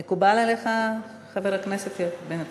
מקובל עליך, חבר הכנסת בן צור?